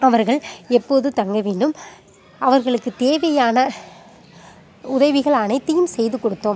அவர்கள் எப்போது தங்க வேண்டும் அவர்களுக்கு தேவையான உதவிகள் அனைத்தையும் செய்து கொடுத்தோம்